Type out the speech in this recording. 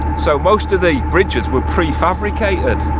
so most of the bridges were prefabricated.